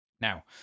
Now